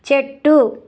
చెట్టు